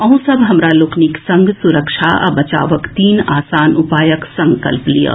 अहूँ सभ हमरा लोकनि संग सुरक्षा आ बचावक तीन आसान उपायक संकल्प लियऽ